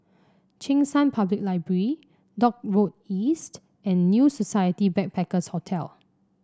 Cheng San Public Library Dock Road East and New Society Backpackers' Hotel